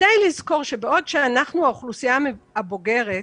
כדאי לזכור שבעוד אנחנו, האוכלוסייה הבוגרת,